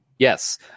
Yes